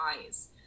eyes